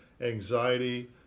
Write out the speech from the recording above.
anxiety